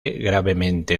gravemente